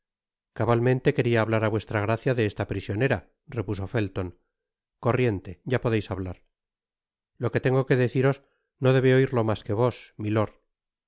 cabalmente queria hablar á vuestra gracia de esta prisionera repuso felton corriente ya podeis hablar lo que tengo que deciros no debe oirlo mas que vos milord